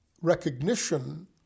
recognition